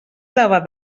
elevar